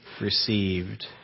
received